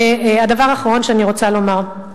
הדבר האחרון שאני רוצה לומר,